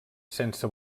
sense